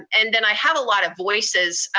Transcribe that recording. and and then i have a lot of voices